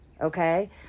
okay